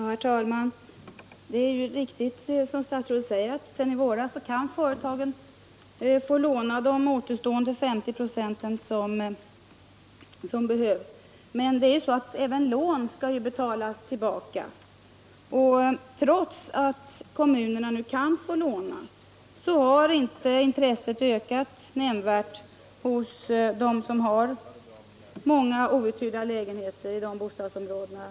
Herr talman! Det är ju riktigt som statsrådet säger, att företagen sedan i våras kan få låna de återstående 50 procenten utöver förbättringsbidraget. Men även lån skall betalas tillbaka, och trots att kommunerna nu kan få låna har intresset inte ökat nämnvärt hos dem som har många outhyrda lägenheter i de aktuella bostadsområdena.